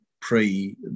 pre